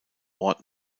ort